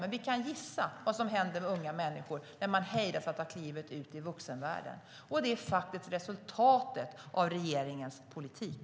Men vi kan gissa vad som händer med unga människor när de hejdas att ta klivet ut i vuxenvärlden. Det är faktiskt resultatet av regeringens politik.